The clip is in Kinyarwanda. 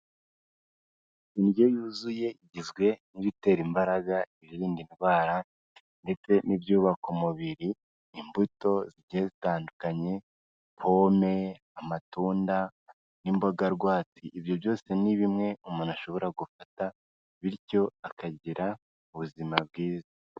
Indyo yuzuye igizwe n'ibitera imbaraga irinda ndwara ndetse n'ibyubaka umubiri imbuto zigiye zitandukanye pome, amatunda, n'imboga rwatsi, ibyo byose ni bimwe umuntu ashobora gufata bityo akagira ubuzima bwiza.